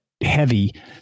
heavy